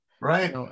Right